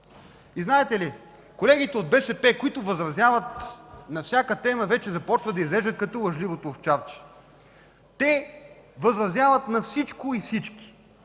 Знаете ли, колегите от БСП, които възразяват на всяка тема, вече започват да изглеждат като лъжливото овчарче. Те възразяват на всичко и всички